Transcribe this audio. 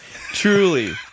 Truly